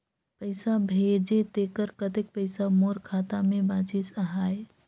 पइसा भेजे तेकर कतेक पइसा मोर खाता मे बाचिस आहाय?